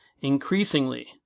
Increasingly